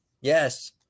yes